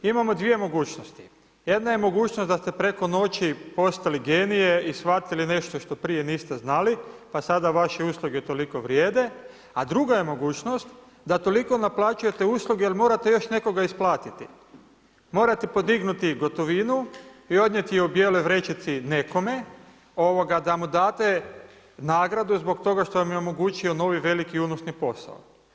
Imamo dvije mogućnosti, jedna je mogućnost da ste preko noći postali genije i shvatili nešto što prije niste znali pa sada vaše usluge toliko vrijede, a druga je mogućnost da toliko naplaćujte usluge jel morate još nekoga isplatiti, morate podignuti gotovinu i odnijeti je u bijeloj vrećici nekome da mu date nagradu zbog toga što vam je omogućio novi veliki unosni posao.